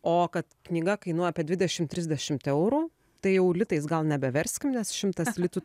o kad knyga kainuoja apie dvidešim trisdešimt eurų tai jau litais gal nebeverskim nes šimtas litų